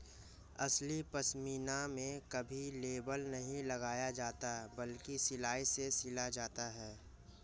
असली पश्मीना में कभी लेबल नहीं लगाया जाता बल्कि सिलाई से सिला जाता है